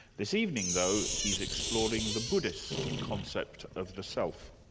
this evening though, he's exploring the buddhist concept of the self.